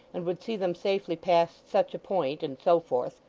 and would see them safely past such a point, and so forth.